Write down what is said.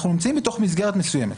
אנחנו נמצאים במסגרת מסוימת.